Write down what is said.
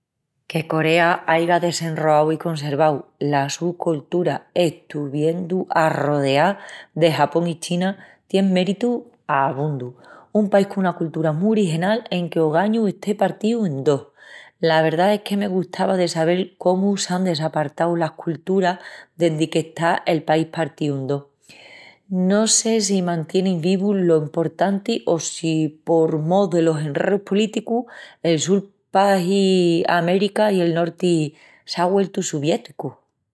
Que Corea aiga desenroau i conservau la su coltura estuviendu arrodeá de Japón i China tien méritu abondu. Un país con una coltura mu original enque ogañu esté partíu en dos. La verdá es que me gustava de sabel cómu s'án desapartau las colturas dendi qu'está el país partíu en dos. No sé si mantienin vivu lo emportanti o si por mó delos enreus políticus, el sul pahi América i el norti s'á güeltu soviéticu.